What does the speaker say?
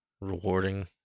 rewarding